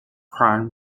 crime